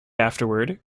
afterward